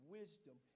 wisdom